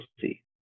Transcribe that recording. see